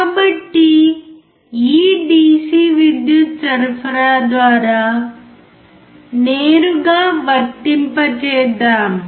కాబట్టి ఈ DC విద్యుత్ సరఫరా ద్వారా నేరుగా వర్తింపచేద్దాం